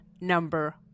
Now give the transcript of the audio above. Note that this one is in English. Number